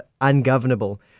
ungovernable